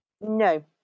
No